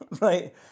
Right